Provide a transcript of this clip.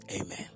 Amen